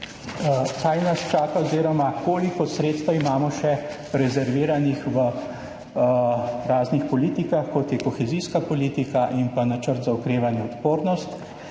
kaj nas čaka oziroma koliko sredstev imamo še rezerviranih v raznih politikah, kot je kohezijska politika in pa načrt za okrevanje, odpornost.